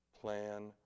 plan